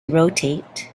rotate